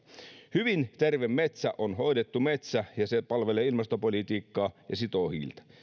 hyvin terve metsä on hoidettu metsä ja se palvelee ilmastopolitiikkaa ja sitoo hiiltä